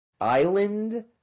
island